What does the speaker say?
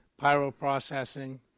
pyroprocessing